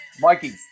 Mikey